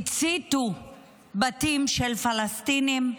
הציתו בתים של פלסטינים,